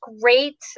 great